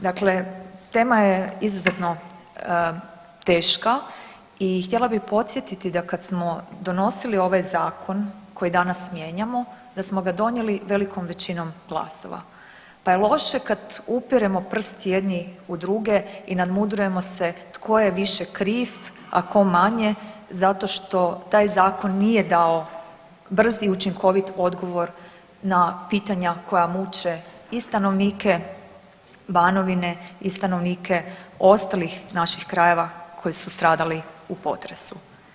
Dakle, tema je izuzetno teška i htjela bih podsjetiti da kad smo donosili ovaj zakon koji danas mijenjamo da smo ga donijeli velikom većinom glasova, pa je loše kad upiremo prst jedni u druge i nadmudrujemo se tko je više kriv, a tko manje zato što taj zakon nije dao brz i učinkovit odgovor na pitanja koja muče i stanovnike ostalih naših krajeva koji su stradali u potresu.